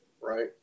right